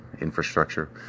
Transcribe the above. infrastructure